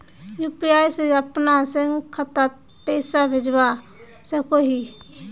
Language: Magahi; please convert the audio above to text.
यु.पी.आई से अपना स्वयं खातात पैसा भेजवा सकोहो ही?